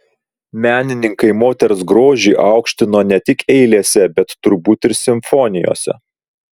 menininkai moters grožį aukštino ne tik eilėse bet turbūt ir simfonijose